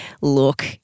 Look